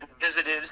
visited